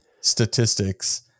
statistics